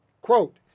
Quote